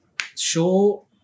show